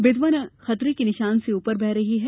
बेतवा खतरे के निशान से ऊपर बह रही हैं